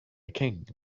king